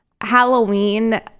Halloween